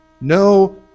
no